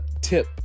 tip